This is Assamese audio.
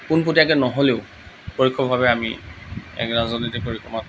পোনপটীয়াকৈ নহ'লেও পৰোক্ষভাৱে আমি একাঁজলি পৰিক্ৰমাত